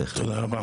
תודה רבה.